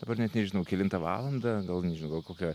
dabar net nežinau kelintą valandą gal nežinau gal kokią